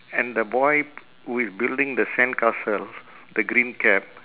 and the boy who is building the sandcastle the green cap